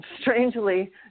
strangely